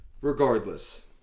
Regardless